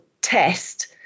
test